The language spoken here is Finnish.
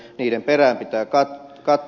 niiden perään pitää katsoa